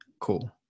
Cool